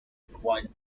required